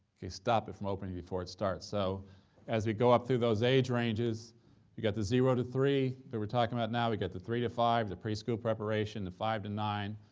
okay? stop it from opening before it starts. so as we go up through those age ranges we got the zero to three that we're talking about now. we got the three to five, the pre-school preparation. the five to nine,